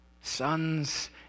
sons